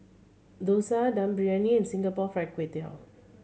dosa Dum Briyani and Singapore Fried Kway Tiao